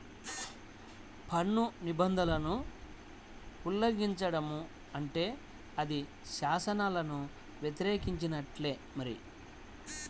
పన్ను నిబంధనలను ఉల్లంఘించడం అంటే అది శాసనాలను వ్యతిరేకించినట్టే మరి